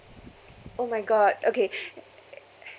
oh my god okay uh